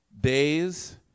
days